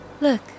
Look